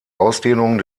ausdehnung